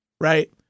right